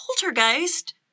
Poltergeist